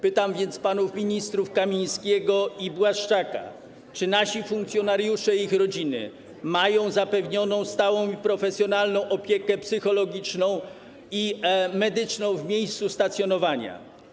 Pytam więc panów ministrów Kamińskiego i Błaszczaka: Czy nasi funkcjonariusze i ich rodziny mają zapewnioną stałą i profesjonalną opiekę psychologiczną i medyczną w miejscu stacjonowania?